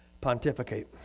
pontificate